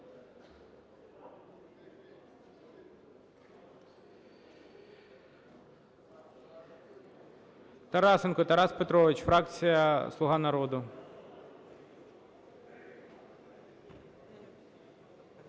Тарасенко Тарас Петрович, фракція "Слуга народу".